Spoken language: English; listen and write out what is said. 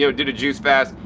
so did a juice fast,